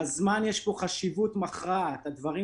הוא אומר שדחו להם את זה.